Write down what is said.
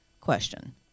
question